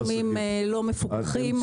אנחנו משלמים סכומים לא מפוקחים.